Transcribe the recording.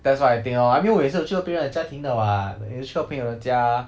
that's what I think lor I mean 我也是有去过别人的家庭的 what 有去过朋友的家还